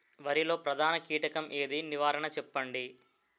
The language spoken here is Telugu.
వరిలో ప్రధాన కీటకం ఏది? నివారణ చెప్పండి?